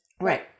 Right